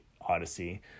Odyssey